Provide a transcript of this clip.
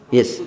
Yes